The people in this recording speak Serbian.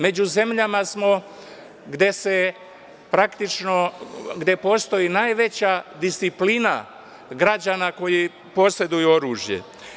Među zemljama smo gde praktično postoji najveća disciplina građana koji poseduju oružje.